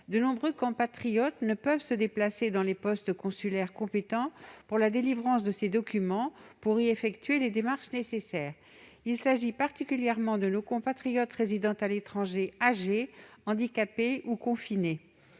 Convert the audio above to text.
De nombreux compatriotes ne peuvent se déplacer dans les postes consulaires compétents pour la délivrance de ces documents pour y effectuer les démarches nécessaires. Il s'agit particulièrement de nos compatriotes résidant à l'étranger âgés, handicapés ou confinés.